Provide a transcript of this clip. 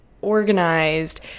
organized